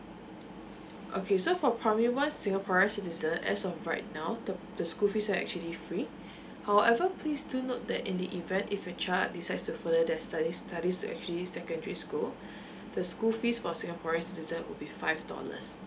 okay so for primary one singaporean citizen as of right now the the school fees are actually free however please do note that in the event if your child decides to further their studies study to actually secondary school the school fees for singaporean citizen will be five dollars